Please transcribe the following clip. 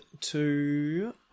two